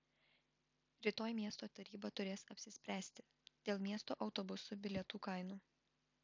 rytoj miesto taryba turės apsispręsti dėl miesto autobusų bilietų kainų